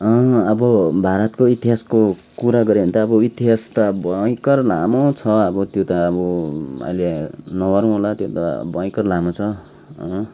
अब भारतको इतिहासको कुरा गऱ्यो भने त इतिहास त भयङ्कर लामो छ अब त्यो त अब अहिले नगरौँ होला त्यो त भयङ्कर लामो छ